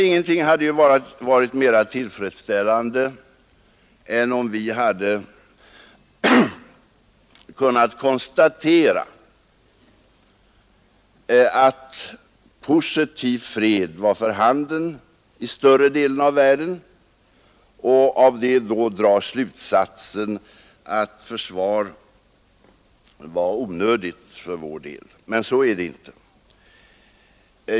Ingenting hade varit mera tillfredsställande än om vi hade kunnat konstatera att positiv fred vore för handen i större delen av världen och därav då dra slutsatsen att försvar vore onödigt för vår del. Men så är det inte.